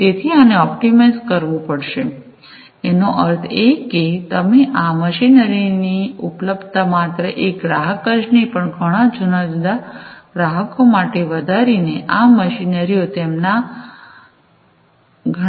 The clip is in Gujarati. તેથી આને ઑપ્ટિમાઇઝ કરવું પડશે એનો અર્થ એ કે તમે આ મશીનરીની ઉપલબ્ધતા માત્ર એક ગ્રાહક જ નહીં પણ ઘણાં જુદા જુદા ગ્રાહકો માટે વધારીને આ મશીનરીઓ તેમાંના ઘણાને ઉપલબ્ધ કરાવી શકો છો